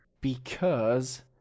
Because